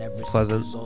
pleasant